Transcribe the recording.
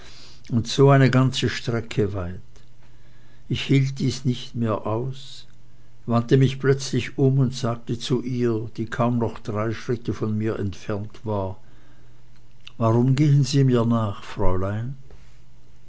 und so eine ganze strecke weit ich hielt dies nicht mehr aus wandte mich plötzlich um und sagte zu ihr die kaum noch drei schritte von mir entfernt war warum gehen sie mir nach fräulein